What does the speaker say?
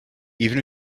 even